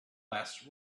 less